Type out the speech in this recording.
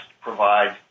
provide